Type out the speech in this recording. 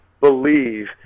believe